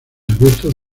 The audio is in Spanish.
abiertos